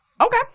okay